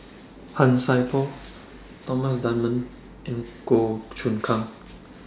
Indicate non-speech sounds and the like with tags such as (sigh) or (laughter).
(noise) Han Sai Por Thomas Dunman and Goh Choon Kang